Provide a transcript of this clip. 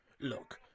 Look